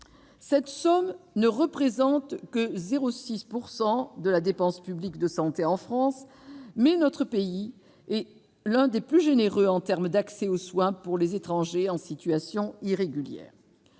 Cette somme ne représente que 0,6 % de la dépense publique de santé en France, mais notre pays est l'un des plus généreux en termes d'accès au soin pour les étrangers en situation irrégulière.